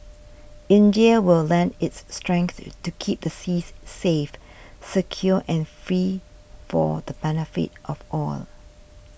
India will lend its strength to keep the seas safe secure and free for the benefit of all